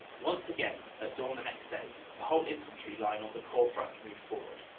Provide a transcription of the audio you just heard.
once again, at dawn the next day, the whole infantry line on the corps front moved forward.